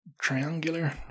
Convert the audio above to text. triangular